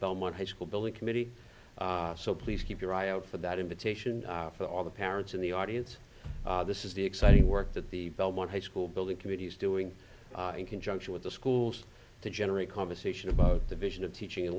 belmont high school building committee so please keep your eye out for that invitation for all the parents in the audience this is the exciting work that the belmont high school building committee is doing in conjunction with the schools to generate conversation about the vision of teaching and